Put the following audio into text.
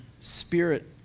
spirit